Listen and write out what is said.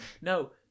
no